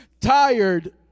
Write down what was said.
Tired